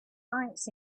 lights